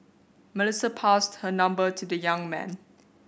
Melissa passed her number to the young man